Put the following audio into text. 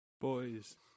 boys